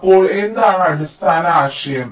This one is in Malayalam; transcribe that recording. അപ്പോൾ എന്താണ് അടിസ്ഥാന ആശയം